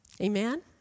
Amen